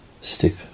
stick